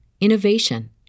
innovation